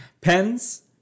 Pens